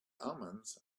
omens